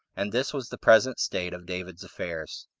and this was the present state of david's affairs.